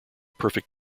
perfect